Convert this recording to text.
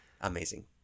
Amazing